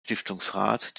stiftungsrat